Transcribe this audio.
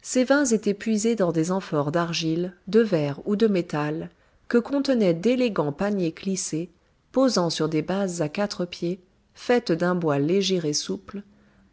ces vins étaient puisés dans des amphores d'argile de verre ou de métal qui contenaient d'élégants paniers clissés posant sur des bases à quatre pieds faites d'un bois léger et souple